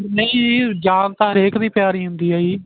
ਨਹੀਂ ਜੀ ਜਾਨ ਤਾਂ ਹਰੇਕ ਦੀ ਪਿਆਰੀ ਹੁੰਦੀ ਹੈ ਜੀ